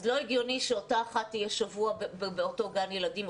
אז לא הגיוני שאותה אחת תהיה שבוע באותו גן ילדים,